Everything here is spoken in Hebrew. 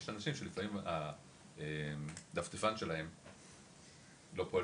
יש אנשים שלפעמים הדפדפן שלהם לא פועל